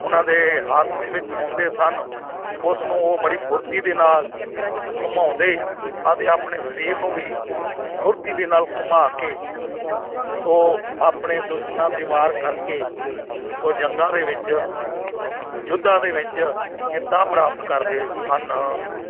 ਉਹਨਾਂ ਦੇ ਹੱਥ ਦੇ ਵਿੱਚ ਹੁੰਦੇ ਸਨ ਉਸ ਨੂੰ ਉਹ ਬੜੀ ਫੁਰਤੀ ਦੇ ਨਾਲ ਘੁਮਾਉਂਦੇ ਅਤੇ ਆਪਣੇ ਸਰੀਰ ਨੂੰ ਵੀ ਫੁਰਤੀ ਦੇ ਨਾਲ ਘੁਮਾ ਕੇ ਸੋ ਆਪਣੇ ਦੁਸ਼ਮਣਾਂ 'ਤੇ ਵਾਰ ਕਰਕੇ ਸੋ ਜੰਗਾਂ ਦੇ ਵਿੱਚ ਯੁੱਧਾਂ ਦੇ ਵਿੱਚ ਜਿੱਤਾਂ ਪ੍ਰਾਪਤ ਕਰਦੇ ਸਨ